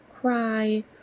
cry